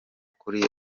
kuri